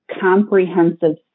comprehensive